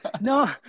no